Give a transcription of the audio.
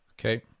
Okay